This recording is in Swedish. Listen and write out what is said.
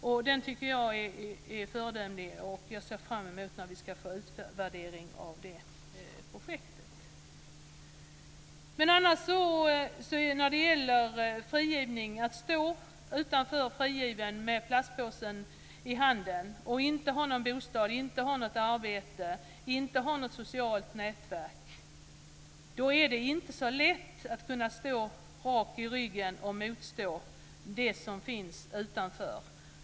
Detta projekt tycker jag är föredömligt, och jag ser fram emot utvärderingen av det. Att friges och stå utanför fängelseportarna med en plastkasse i handen och inte ha någon bostad, inte ha något arbete, inte ha något socialt nätverk är inte så lätt. Då är det svårt att stå rak i ryggen och motstå frestelser utanför.